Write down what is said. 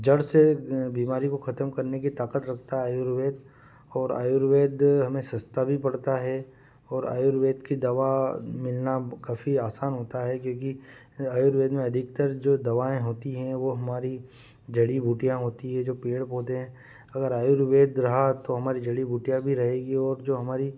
जड़ से बीमारी को ख़त्म करते की ताकत रखता है आयुर्वेद और आयुर्वेद हमें सस्ता भी पड़ता है और आयुर्वेद की दवा मिलना काफ़ी आसान होता है क्योंकि आयुर्वेद में अधिकतर जो दवाएँ होती है हैं वह हमारी जड़ी बूटियाँ होती है जो पेड़ पौधे हैं अगर आयुर्वेद रहा तो हमारी जड़ी बूटियाँ भी रहेगी और जो हमारी